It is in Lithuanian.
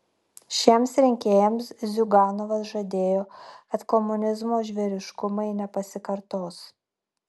šiems rinkėjams ziuganovas žadėjo kad komunizmo žvėriškumai nepasikartos